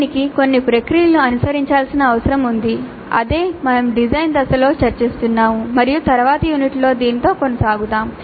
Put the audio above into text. దీనికి కొన్ని ప్రక్రియలను అనుసరించాల్సిన అవసరం ఉంది అదే మేము డిజైన్ దశలో చర్చిస్తున్నాము మరియు తరువాతి యూనిట్లో దీనితో కొనసాగుతాము